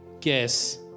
guess